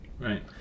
Right